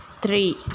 three